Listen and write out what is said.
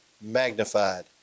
magnified